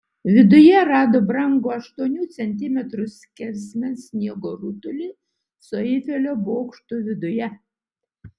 viduje rado brangų aštuonių centimetrų skersmens sniego rutulį su eifelio bokštu viduje